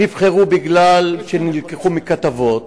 הם נבחרו כי הם נלקחו מכתבות,